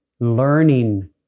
learning